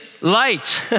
light